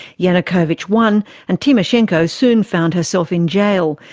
yanukovych won and tymoshenko soon found herself in gaol,